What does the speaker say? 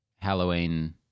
Halloween